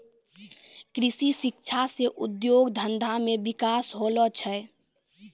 कृषि शिक्षा से उद्योग धंधा मे बिकास होलो छै